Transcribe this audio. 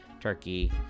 turkey